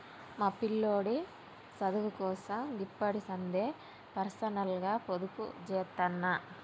మా పిల్లోడి సదువుకోసం గిప్పడిసందే పర్సనల్గ పొదుపుజేత్తన్న